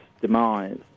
demise